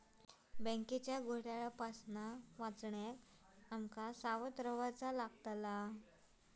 bank घोटाळा पासून वाचण्याक आम का सावध रव्हाचा लागात